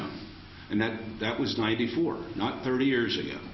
on and that that was ninety four not thirty years ago